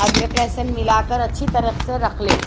ادرک لہسن ملا کر اچھی طرح سے رکھ لے